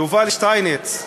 יובל שטייניץ,